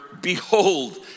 behold